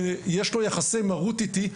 שיש לו יחסי מרות איתי,